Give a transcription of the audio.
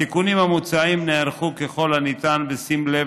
התיקונים המוצעים נערכו ככל הניתן בשים לב